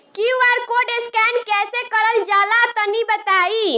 QR code scan कैसे क़रल जला तनि बताई?